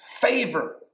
favor